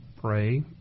pray